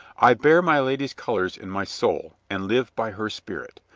i bear my lady's colors in my soul, and live by her spirit.